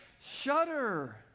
shudder